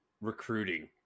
recruiting